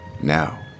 Now